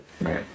Right